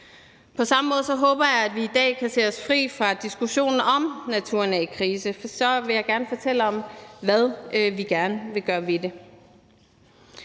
På samme måde håber jeg, at vi i dag kan se os fri fra diskussionen om, om naturen er i krise, for så vil jeg gerne fortælle om, hvad vi gerne vil gøre ved det.